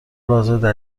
حاضردر